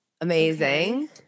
Amazing